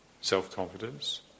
self-confidence